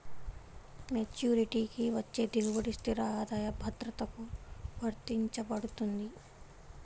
మెచ్యూరిటీకి వచ్చే దిగుబడి స్థిర ఆదాయ భద్రతకు వర్తించబడుతుంది